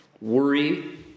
worry